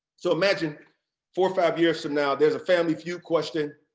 so imagine four, five years from now, there's a family feud question.